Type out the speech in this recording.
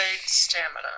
stamina